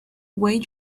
way